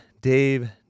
Dave